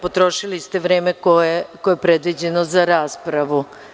Potrošili ste vreme koje je predviđeno za raspravu.